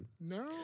No